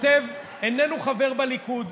הכותב איננו חבר בליכוד,